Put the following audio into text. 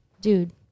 dude